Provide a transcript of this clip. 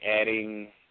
adding